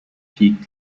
peaked